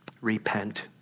repent